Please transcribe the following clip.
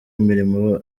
imirimo